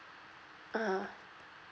ah